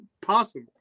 possible